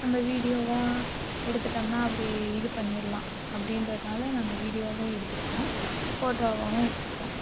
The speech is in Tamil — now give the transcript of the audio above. நம்ம வீடியோவாக எடுத்துகிட்டம்னா அப்படி இது பண்ணிட்லாம் அப்படிங்கறதால நாங்கள் வீடியோவாக எடுத்துக்குவோம் போட்டோவாகவும் எடுத்துக்குவோம்